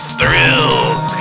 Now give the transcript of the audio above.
thrills